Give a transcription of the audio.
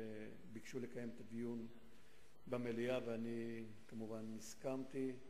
ביקשו לקיים את הדיון במליאה, ואני כמובן הסכמתי.